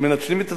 מנצלים את הזמן.